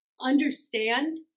understand